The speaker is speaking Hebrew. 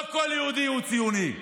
לא כל יהודי הוא ציוני.